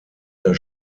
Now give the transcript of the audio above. der